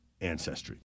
ancestry